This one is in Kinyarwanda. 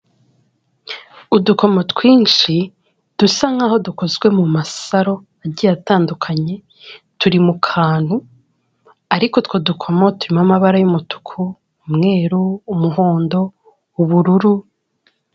Udukomo twinshi dusa nk'aho dukozwe mu masaro agiye atandukanye turi mu kantu ariko utwo dukomo turimo amabara y'umutuku, umweru, umuhondo, ubururu.